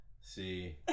see